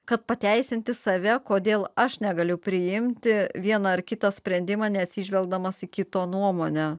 kad pateisinti save kodėl aš negaliu priimti vieną ar kitą sprendimą neatsižvelgdamas į kito nuomonę